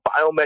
biometric